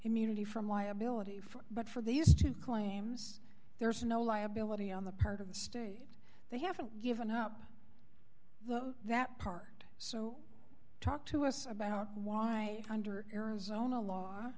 immunity from liability for but for these two claims there's no liability on the part of the state they haven't given up well that part so talk to us about why under arizona law